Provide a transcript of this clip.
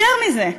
יותר מזה,